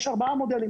אז יש ארבעה מודלים,